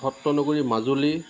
সত্ৰনগৰী মাজুলীৰ